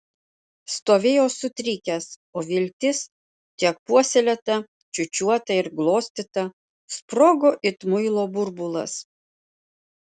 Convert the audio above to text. stovėjo sutrikęs o viltis tiek puoselėta čiūčiuota ir glostyta sprogo it muilo burbulas